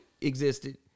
existed